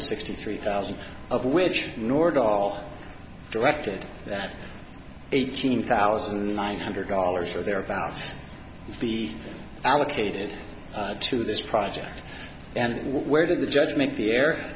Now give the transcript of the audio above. hundred sixty three thousand of which nord all directed that eighteen thousand nine hundred dollars or thereabouts be allocated to this project and where did the judge make the air